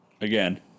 Again